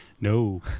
No